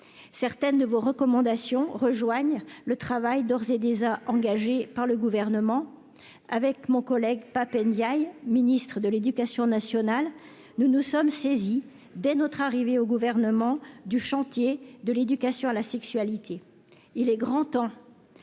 certaines de vos recommandations rejoignent le travail d'ores et déjà engagées par le gouvernement, avec mon collègue pape Ndyaye Ministre de l'Éducation nationale, nous nous sommes saisis dès notre arrivée au gouvernement du chantier de l'éducation à la sexualité, il est grand temps